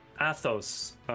Athos